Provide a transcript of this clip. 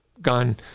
gun